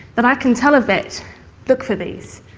that i can tell a vet look for these.